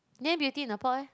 then Beauty-in-a-Pot eh